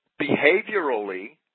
behaviorally